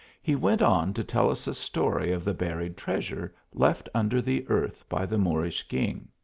he went on to tell us a story of the buried treasure left under the earth by the moor ish king.